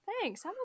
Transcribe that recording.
thanks